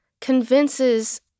convinces